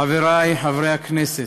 חברי חברי הכנסת,